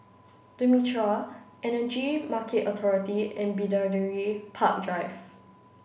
The Mitraa Energy Market Authority and Bidadari Park Drive